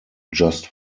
just